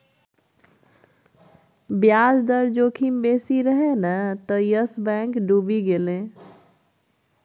ब्याज दर जोखिम बेसी रहय तें न यस बैंक डुबि गेलै